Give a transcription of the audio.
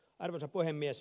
arvoisa puhemies